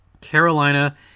Carolina